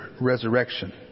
resurrection